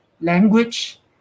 language